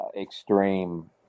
extreme